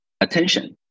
attention